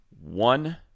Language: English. One